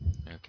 Okay